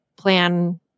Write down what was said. plan